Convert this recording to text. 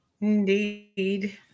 indeed